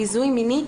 ביזוי מיני.